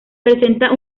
presenta